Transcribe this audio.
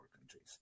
countries